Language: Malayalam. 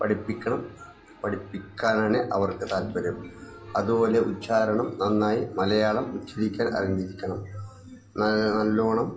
പഠിപ്പിക്കണം പഠിപ്പിക്കാനാണ് അവർക്ക് താൽപര്യം അതുപോലെ ഉച്ഛാരണം നന്നായി മലയാളം ഉച്ഛരിക്കാൻ അറിഞ്ഞിരിക്കണം ന നല്ല വണ്ണം